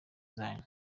zanyu